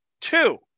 Two